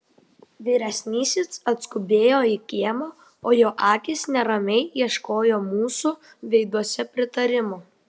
vyresnysis atskubėjo į kiemą o jo akys neramiai ieškojo mūsų veiduose pritarimo